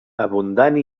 abundant